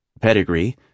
Pedigree